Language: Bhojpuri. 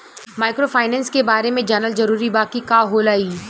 माइक्रोफाइनेस के बारे में जानल जरूरी बा की का होला ई?